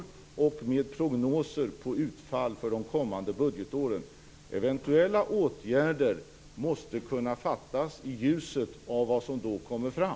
Dessutom skall vi göra prognoser om utfallet för de kommande budgetåren. Eventuella åtgärder måste sedan vidtas i ljuset av vad som då kommer fram.